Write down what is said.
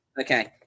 Okay